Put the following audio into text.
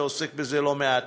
שאתה עוסק בזה לא מעט,